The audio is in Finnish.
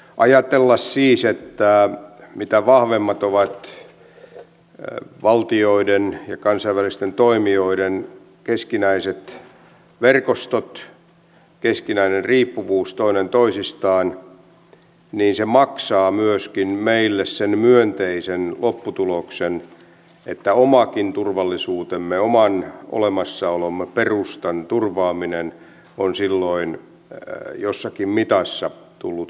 ajatella siis että mitä vahvemmat ovat valtioiden ja kansainvälisten toimijoiden keskinäiset verkostot keskinäinen riippuvuus toinen toisistaan niin se maksaa myöskin meille sen myönteisen lopputuloksen että omakin turvallisuutemme oman olemassaolomme perustan turvaaminen on silloin jossakin mitassa tullut hoidettua